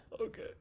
Okay